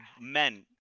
men